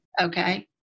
okay